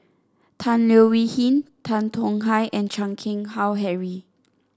Tan Leo Wee Hin Tan Tong Hye and Chan Keng Howe Harry